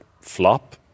flop